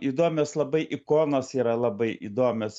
įdomios labai ikonos yra labai įdomios